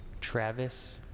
Travis